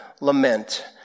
lament